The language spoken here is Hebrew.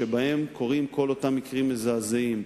שבהם קורים כל אותם מקרים מזעזעים.